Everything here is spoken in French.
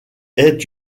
est